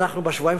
אם בשבועיים,